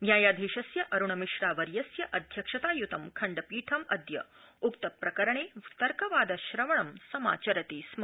न्यायाधीशस्य अरूणमिश्रा वर्यस्य अध्यक्षताय्तं खण्डपीठमद्य उक्तप्रकरणे तर्कवादश्रवणं समाचरति स्म